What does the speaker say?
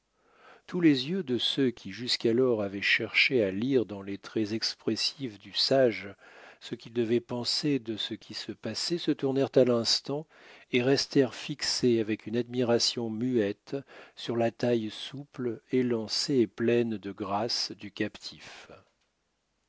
tous les yeux de ceux qui jusqu'alors avaient cherché à lire dans les traits expressifs du sage ce qu'ils devaient penser de ce qui se passait se tournèrent à l'instant et restèrent fixés avec une admiration muette sur la taille souple élancée et pleine de grâce du captif